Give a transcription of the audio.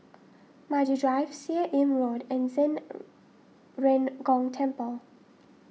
Maju Drive Seah Im Road and Zhen Ren Gong Temple